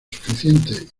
suficientes